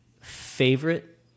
favorite